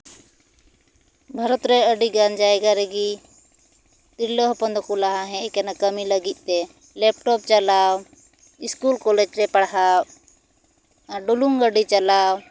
ᱵᱷᱟᱨᱚᱛ ᱨᱮ ᱟᱹᱰᱤ ᱜᱟᱱ ᱡᱟᱭᱜᱟ ᱨᱮᱜᱤ ᱛᱤᱨᱞᱟᱹ ᱦᱚᱯᱚᱱ ᱫᱚᱠᱚ ᱞᱟᱦᱟ ᱦᱮᱡ ᱠᱟᱱᱟ ᱠᱟᱹᱢᱤ ᱞᱟᱹᱜᱤᱫ ᱛᱮ ᱞᱮᱯᱴᱚᱯ ᱪᱟᱞᱟᱣ ᱤᱥᱠᱩᱞ ᱠᱚᱞᱮᱡᱽ ᱨᱮ ᱯᱟᱲᱦᱟᱣ ᱟᱨ ᱰᱩᱞᱩᱝ ᱜᱟᱹᱰᱤ ᱪᱟᱞᱟᱣ